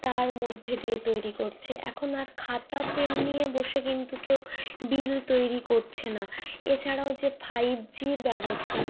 তার মধ্যে দিয়ে তৈরি করছে এখন আর খাতা পেন নিয়ে বসে কিন্তু কেউ বিল তৈরি করছে না এছাড়াও যে ফাইভ জির ব্যবস্থা